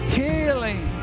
healing